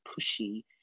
pushy